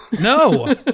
No